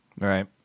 Right